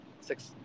Six